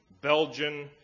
Belgian